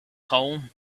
home